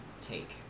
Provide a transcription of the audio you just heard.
take